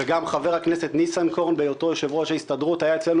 וגם חבר הכנסת ניסנקורן בהיותו יושב-ראש ההסתדרות היה אצלנו